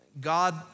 God